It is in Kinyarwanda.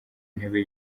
ntebe